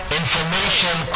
information